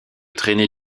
traînée